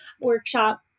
workshop